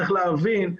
צריך להבין,